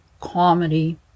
comedy